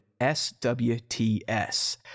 SWTS